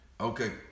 Okay